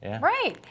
Right